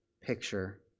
picture